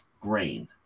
grain